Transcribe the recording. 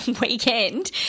weekend